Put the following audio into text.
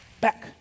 Back